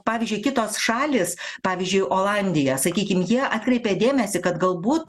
pavyzdžiui kitos šalys pavyzdžiui olandija sakykim jie atkreipė dėmesį kad galbūt